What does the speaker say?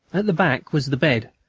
at the back was the bed,